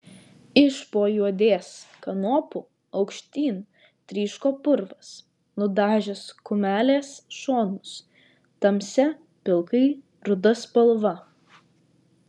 iš po juodės kanopų aukštyn tryško purvas nudažęs kumelės šonus tamsia pilkai ruda spalva